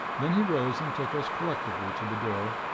then he rose and took us collectively to the door,